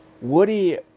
Woody